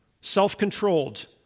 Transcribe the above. self-controlled